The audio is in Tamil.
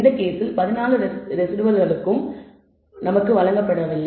இந்த கேஸில் 14 ரெஸிடுவல்களுகம் வழங்கப்படவில்லை